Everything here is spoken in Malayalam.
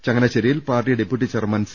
ചങ്ങനാശ്ശേരിയിൽ പാർട്ടി ഡെപ്യൂട്ടി ചെയർമാൻ സി